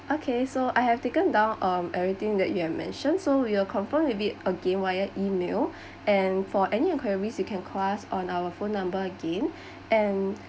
okay so I have taken down um everything that you have mention so we will confirm with it again via email and for any inquiries you can class on our phone number again